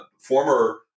former